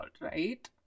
right